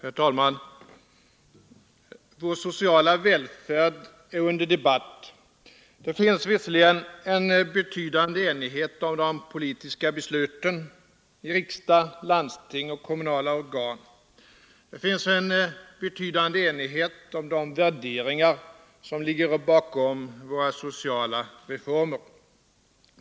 Herr talman! Vår sociala välfärd är under debatt. Det finns visserligen en betydande enighet om de politiska besluten i riksdag, landsting och kommunala organ. Det finns en betydande enighet om de värderingar som ligger bakom våra sociala reformer.